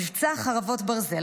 מבצע חרבות ברזל,